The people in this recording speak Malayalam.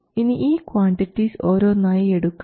ഇനി ഈ ക്വാണ്ടിറ്റിസ് ഓരോന്നായി എടുക്കാം